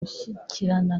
gushyikirana